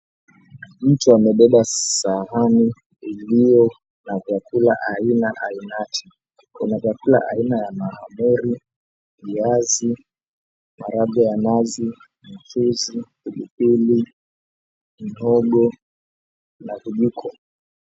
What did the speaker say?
Mtu amebeba sahani iliyo na vyakula aina ainati, kuna vyakula aina ya mahamri, viazi, maragwe ya nazi, mchuzi, pilipili, mihogo na vijiko.